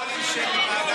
הפרוטוקולים של ועדת,